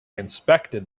inspected